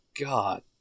God